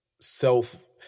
Self